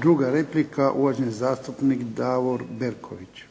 druga replika, uvaženi zastupnik Davor Bernadić. Izvolite.